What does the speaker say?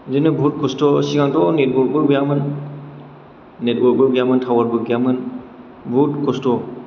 बिदिनो बहुद खस्थ' सिगांथ' नेथवर्खबो गैयामोन नेथवर्खबो गैयामोन थावारबो गैयामोन बहुद खस्थ'